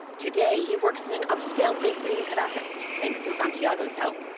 today, he works in an upscale bakery in caracas, thanks to santiago's help.